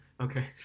okay